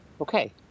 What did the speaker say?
Okay